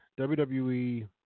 WWE